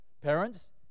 Parents